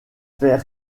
fait